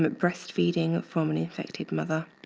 um breast feeding from an infected mother.